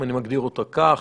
אני מגדיר אותה כך.